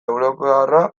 europarra